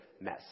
mess